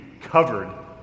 covered